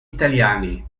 italiani